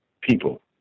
people